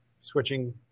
switching